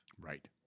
Right